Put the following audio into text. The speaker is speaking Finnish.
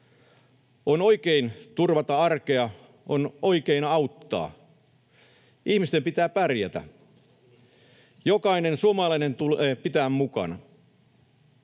On oikein turvata arkea, on oikein auttaa. Ihmisten pitää pärjätä. Jokainen suomalainen tulee pitää mukana.